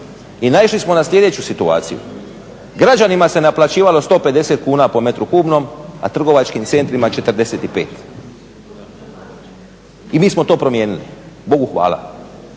i naišli smo na sljedeću situaciju. Građanima se naplaćivalo 150 kuna po metru kubnom a trgovačkim centrima 45. i mi smo to promijenili, Bogu hvala.